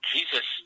Jesus